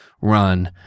run